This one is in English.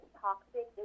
toxic